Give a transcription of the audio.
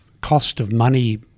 cost-of-money